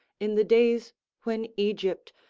in the days when egypt,